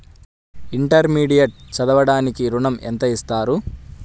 Intermediate చదవడానికి ఋణం ఎంత ఇస్తారు?